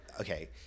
okay